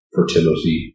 fertility